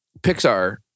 Pixar